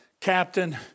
captain